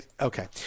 Okay